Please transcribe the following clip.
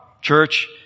church